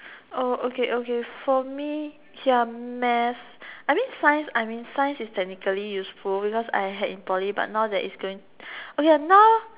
oh okay okay for me ya math I mean science I mean science is technically useful because I had in Poly but now that is going okay now